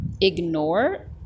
ignore